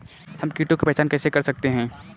हम कीटों की पहचान कैसे कर सकते हैं?